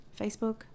Facebook